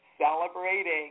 celebrating